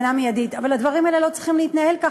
אבל הדברים האלה לא צריכים להתנהל כך.